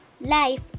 Life